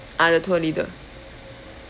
ah the tour leader